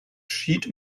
sheet